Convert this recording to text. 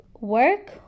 work